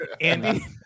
Andy